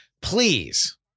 please